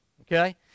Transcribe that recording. Okay